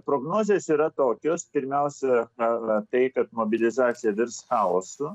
prognozės yra tokios pirmiausia manoma tai kad mobilizacija virs chaosu